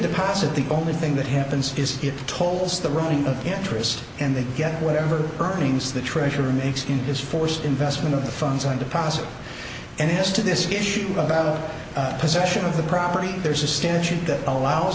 deposit the only thing that happens is it tolls the running of interest and they get whatever earnings the treasury makes in this force investment of the funds on deposit and yes to this issue about possession of the property there's a statute that allows